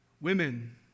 women